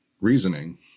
reasoning